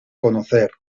conocer